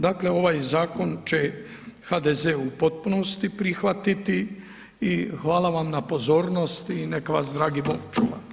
Dakle, ovaj zakon će HDZ-e u potpunosti prihvatiti i hvala vam na pozornosti i neka vas Dragi Bog čuva.